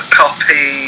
copy